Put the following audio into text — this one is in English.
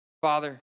Father